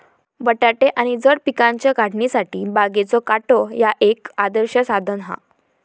बटाटे आणि जड पिकांच्या काढणीसाठी बागेचो काटो ह्या एक आदर्श साधन हा